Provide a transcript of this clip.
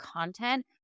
content